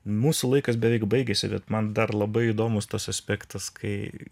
mūsų laikas beveik baigėsi bet man dar labai įdomus tas aspektas kai